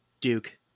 Duke